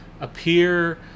appear